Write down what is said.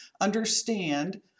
understand